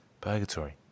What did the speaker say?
Purgatory